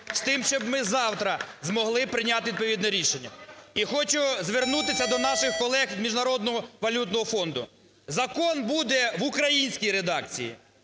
з тим, щоб ми завтра змогли прийняти відповідне рішення. І хочу звернутися до наших колег з Міжнародного валютного фонду. Закон буде в українській редакції,